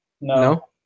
no